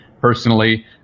personally